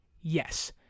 yes